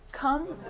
Come